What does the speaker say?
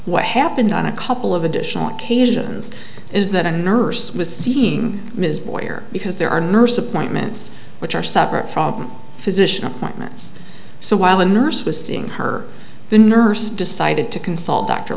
what happened on a couple of additional occasions is that a nurse was seeing ms boyer because there are nurse appointments which are separate from physician appointments so while the nurse was seeing her the nurse decided to consult dr